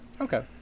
okay